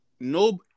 No